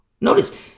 notice